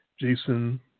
Jason